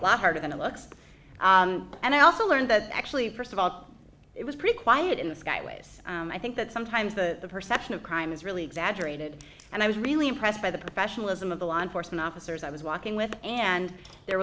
a lot harder than it looks and i also learned that actually first of all it was pretty quiet in the skyways i think that sometimes the perception of crime is really exaggerated and i was really impressed by the professionalism of the law enforcement officers i was walking with and their